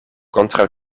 kontraŭ